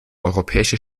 europäische